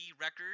record